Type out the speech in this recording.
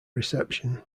reception